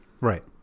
Right